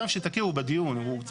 סתם שתכירו, בדיון.